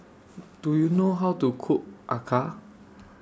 Do YOU know How to Cook Acar